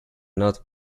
not